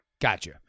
gotcha